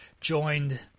joined